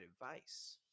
advice